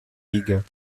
ligues